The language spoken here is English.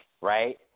right